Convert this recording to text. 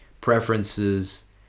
preferences